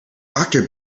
doctor